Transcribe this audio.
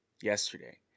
yesterday